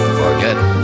forget